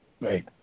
Right